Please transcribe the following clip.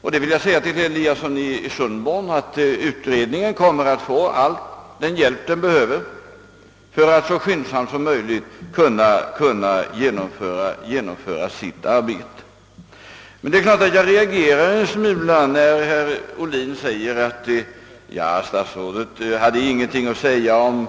Och jag vill säga till herr Eliasson i Sundborn att utredningen kommer att få all den hjälp den behöver för att så skyndsamt som möjligt kunna genomföra sitt arbete. Men jag reagerar självfallet en smula när herr Ohlin säger att jag ingenting hade att anföra om